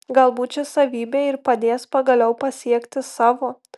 galbūt ši savybė ir padės pagaliau pasiekti savo